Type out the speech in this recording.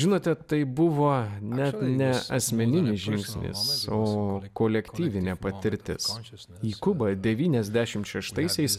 žinote tai buvo net ne asmeninis žingsnis o kolektyvinė patirtis į kubą devyniasdešimt šeštaisiais